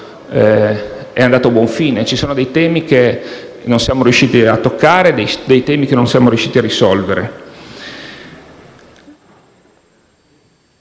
è andato a buon fine. Ci sono dei temi che non siamo riusciti a toccare e dei problemi che non siamo riusciti a risolvere.